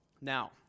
now